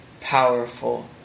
powerful